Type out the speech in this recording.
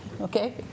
Okay